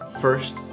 first